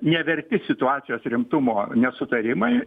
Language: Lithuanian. neverti situacijos rimtumo nesutarimai